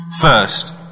First